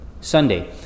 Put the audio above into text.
Sunday